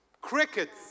Crickets